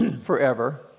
forever